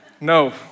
no